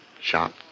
Shop